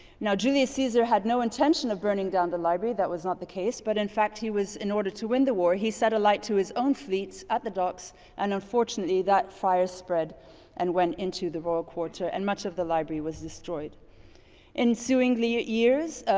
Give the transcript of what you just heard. now, julius caesar had no intention of burning down the library, that was not the case. but in fact, he was in order to win the war, he set alight to his own fleets at the docks and unfortunately that fire spread and went into the royal quarter and much of the library was destroyed. and so in the years,